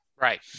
right